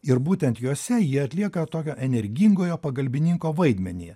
ir būtent juose jie atlieka tokio energingojo pagalbininko vaidmenį